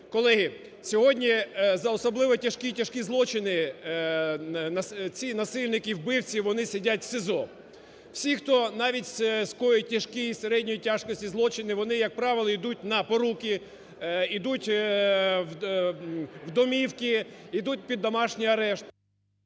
колеги, сьогодні за особливо тяжкі і тяжкі злочини ці насильники і вбивці вони сидять в СІЗО. Всі хто навіть скоїть тяжкі і середньої тяжкості злочини, вони як правило ідуть на поруки, ідуть в домівки, ідуть під домашній арешт.